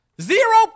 Zero